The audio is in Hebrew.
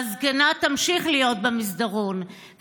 והזקנה תמשיך להיות במסדרון.